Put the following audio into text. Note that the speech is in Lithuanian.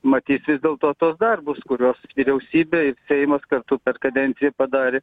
matys vis dėlto tuos darbus kuriuos vyriausybė ir seimas kartu per kadenciją padarė